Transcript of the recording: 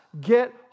get